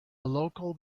local